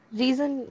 reason